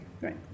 right